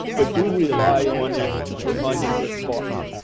but do rely on it for finding good spots.